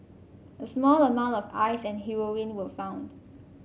a small amount of Ice and heroin were found